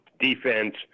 defense